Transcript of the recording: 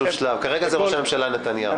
כרגע זה ראש הממשלה נתניהו.